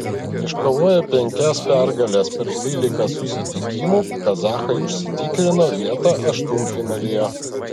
iškovoję penkias pergales per dvylika susitikimų kazachai užsitikrino vietą aštuntfinalyje